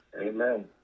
Amen